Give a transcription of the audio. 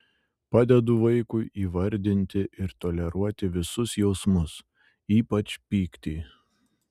padedu vaikui įvardinti ir toleruoti visus jausmus ypač pyktį